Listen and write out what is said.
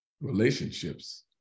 relationships